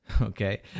okay